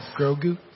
Grogu